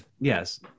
yes